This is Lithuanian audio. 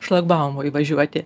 šlagbaumo įvažiuoti